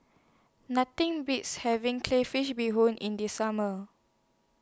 Nothing Beats having Crayfish Beehoon in The Summer